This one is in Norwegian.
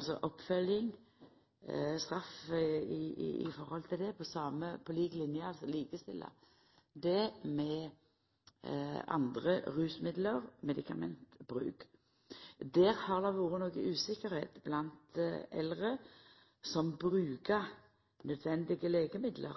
altså oppfølging/straff i forhold til det – med bruk av andre rusmiddel og medikament. Her har det vore noko usikkerheit blant eldre som bruker nødvendige